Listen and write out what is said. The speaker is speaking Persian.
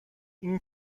این